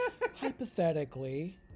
hypothetically